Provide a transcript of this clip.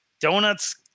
Donuts